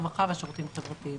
הרווחה והשירותים החברתיים.